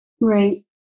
Right